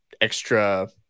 extra